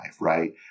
right